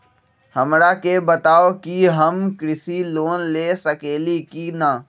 हमरा के बताव कि हम कृषि लोन ले सकेली की न?